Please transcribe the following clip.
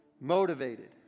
motivated